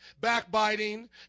backbiting